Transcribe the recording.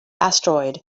asteroid